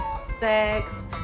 sex